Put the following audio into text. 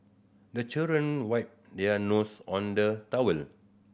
the children wipe their nose on the towel